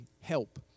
help